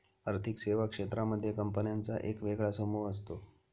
आर्थिक सेवा क्षेत्रांमध्ये कंपन्यांचा एक वेगळा समूह असतो